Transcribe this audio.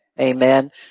Amen